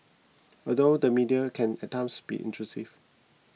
although the media can at times be intrusive